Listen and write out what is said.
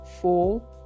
four